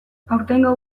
aurtengo